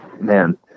Man